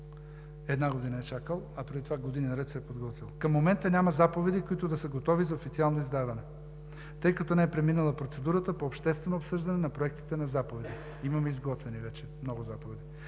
Една година е чакал, а преди това години наред се е подготвял. Към момента няма заповеди, които да са готови за официално издаване, тъй като не е преминала процедурата по обществено обсъждане на проектите на заповеди. Имаме изготвени вече много заповеди.